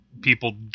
people